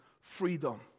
freedom